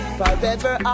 forever